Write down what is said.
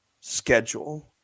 schedule